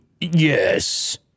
Yes